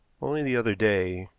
only the other day,